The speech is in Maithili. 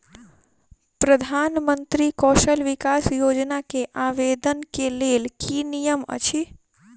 प्रधानमंत्री कौशल विकास योजना केँ आवेदन केँ लेल की नियम अछि?